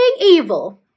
evil